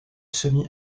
semi